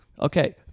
Okay